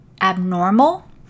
abnormal